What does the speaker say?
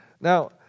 Now